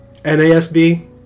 NASB